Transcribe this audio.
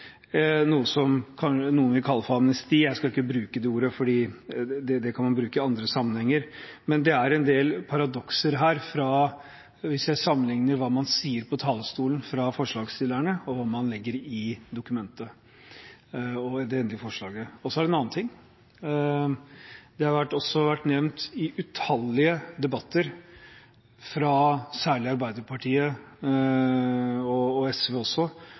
noe som noen vil kalle for amnesti. Jeg skal ikke bruke det ordet, for det kan man bruke i andre sammenhenger. Men det er en del paradokser her hvis jeg sammenlikner hva forslagsstillerne sier fra talerstolen, og hva man legger i det endelige forslaget. Så er det en annen ting: Det har vært nevnt i utallige debatter særlig fra Arbeiderpartiet, SV også og ikke minst Senterpartiet at nå er asyltilstrømmingen stor, vi trenger flere ressurser, kapasiteten er sprengt, og